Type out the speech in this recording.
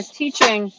teaching